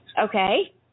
Okay